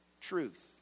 truth